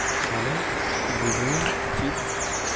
ᱢᱟᱱᱮ ᱵᱩᱡᱩᱱ ᱪᱮᱫ